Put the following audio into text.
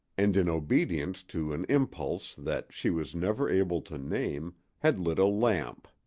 and in obedience to an impulse that she was never able to name, had lit a lamp.